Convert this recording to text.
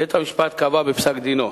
בית-המשפט קבע בפסק-דינו: